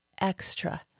extra